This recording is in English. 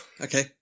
Okay